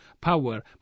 power